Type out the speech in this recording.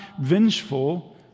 vengeful